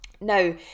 now